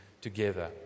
together